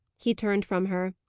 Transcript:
he turned from her.